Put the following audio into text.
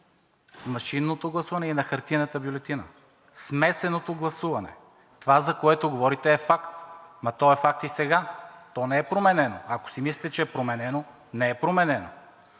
машинното гласуване и на хартиената бюлетина – смесеното гласуване. Това, за което говорите, е факт, но то е факт и сега, то не е променено. Ако си мислите, че е променено – не е променено.